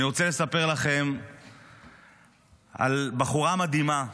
אני רוצה לספר לכם על בחורה מדהימה,